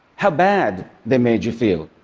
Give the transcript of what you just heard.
how bad they made you feel,